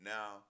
Now